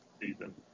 season